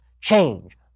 Change